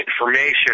information